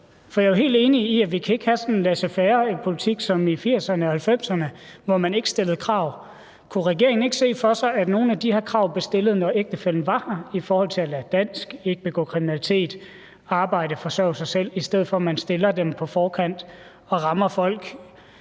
For jeg er jo helt enig i, at vi ikke kan have sådan en laissez faire-politik som i 1980'erne og 1990'erne, hvor man ikke stillede krav. Kunne regeringen ikke se for sig, at nogle af de her krav blev stillet, når ægtefællen var her, i forhold til at lære dansk, ikke begå kriminalitet, arbejde og forsørge sig selv, i stedet for at man stiller dem på forkant og rammer folk